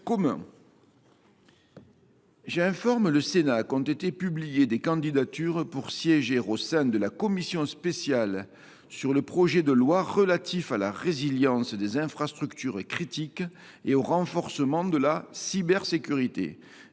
J’informe le Sénat qu’ont été publiées des candidatures pour siéger au sein de la commission spéciale sur le projet de loi relatif à la résilience des infrastructures critiques et au renforcement de la cybersécurité.